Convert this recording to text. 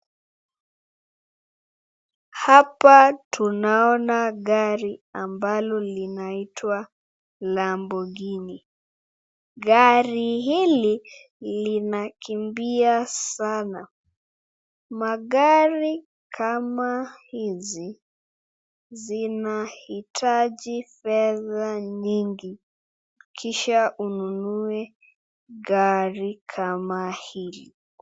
Hapa tunaona gari ambalo linaitwa Lamborghini. Gari hili linakimbia sana. Magari kama hizi zinahitaji fedha nyingi kisha ununue gari kama hili.